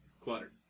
clutter